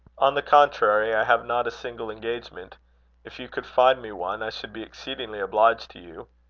on the contrary, i have not a single engagement if you could find me one, i should be exceedingly obliged to you.